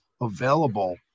available